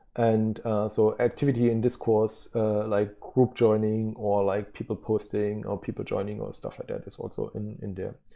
and so activity in discourse like group joining, or like people posting or people joining or stuff like that, this also in in there.